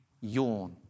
yawn